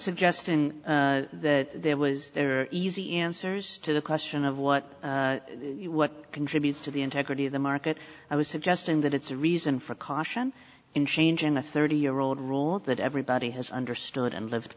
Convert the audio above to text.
suggesting that there was there are easy answers to the question of what what contributes to the integrity of the market i was suggesting that it's a reason for caution in changing the thirty year old rule that everybody has understood and l